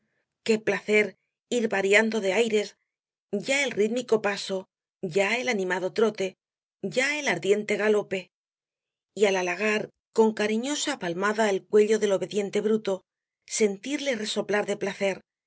qué placer ir variando de aires ya el rítmico paso ya el animado trote ya el ardiente galope y al halagar con cariñosa palmada el cuello del obediente bruto sentirle resoplar de placer